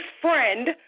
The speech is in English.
friend